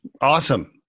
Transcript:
awesome